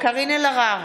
קארין אלהרר,